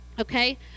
okay